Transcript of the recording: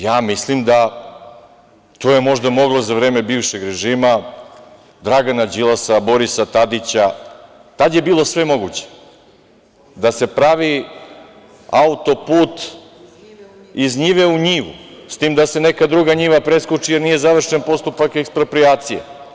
Ja mislim da je to možda moglo za vreme bivšeg režima, Dragana Đilasa, Borisa Tadića, tad je bilo sve moguće, da se pravi auto-put iz njive u njivu, s tim da se neka druga njiva preskoči, jer nije završen postupak eksproprijacije.